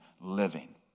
living